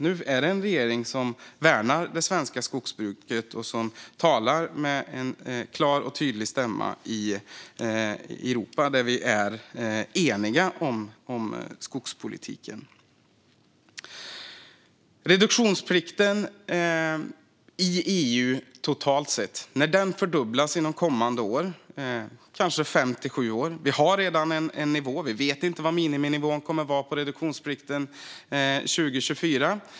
Nu har vi en regering som värnar det svenska skogsbruket och som talar med en klar och tydlig stämma i Europa. Vi är eniga om skogspolitiken. Inom kanske fem till sju år fördubblas reduktionsplikten totalt sett i EU. Vi har redan en nivå, och vi vet inte vad miniminivån för reduktionsplikten kommer att vara 2024.